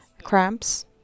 cramps